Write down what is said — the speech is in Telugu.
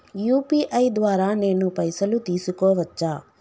యూ.పీ.ఐ ద్వారా నేను పైసలు తీసుకోవచ్చా?